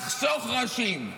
לחסוך ראשים,